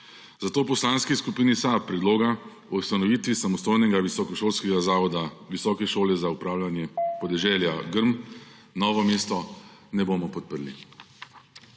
zato v Poslanski skupini SAB Predloga o ustanovitvi samostojnega visokošolskega zavoda Visoke šole za upravljanje podeželja Grm Novo mesto ne bomo podprli.